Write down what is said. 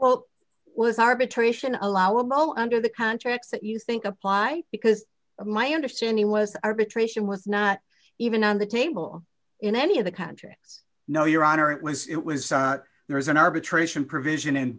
well was arbitration allowable under the contracts that you think apply because my understanding was arbitration with not even on the table in any of the country no your honor it was it was there was an arbitration provision